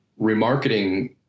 remarketing